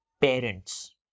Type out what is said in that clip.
parents